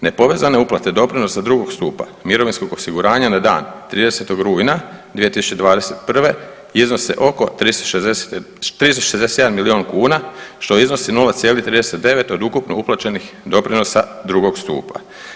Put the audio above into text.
Nepovezane uplate doprinosa drugog stupa mirovinskog osiguranja na dan 30. rujna 2021. iznose oko 367 milijuna kuna, što iznosi 0,39 od ukupno uplaćenih doprinosa drugog stupa.